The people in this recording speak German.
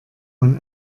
man